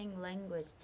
language